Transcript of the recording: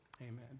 amen